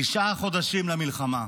תשעה חודשים למלחמה,